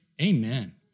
amen